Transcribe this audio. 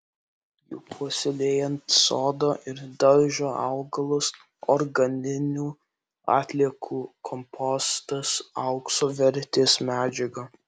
juk puoselėjant sodo ir daržo augalus organinių atliekų kompostas aukso vertės medžiaga